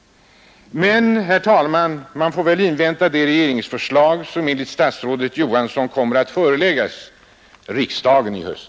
Men, herr talman, man får väl invänta de regeringsförslag som enligt statsrådet Johansson kommer att föreläggas riksdagen i höst.